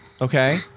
okay